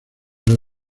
los